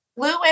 Lewis